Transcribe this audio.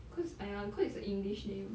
cause !aiya! cause it's a english name